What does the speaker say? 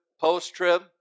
post-trib